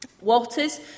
Walters